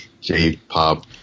J-pop